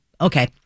okay